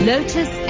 Lotus